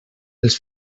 els